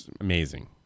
amazing